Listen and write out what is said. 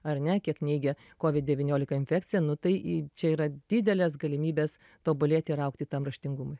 ar ne kiek neigia covid devyniolika infekciją nu tai i čia yra didelės galimybės tobulėt ir augti tam raštingumui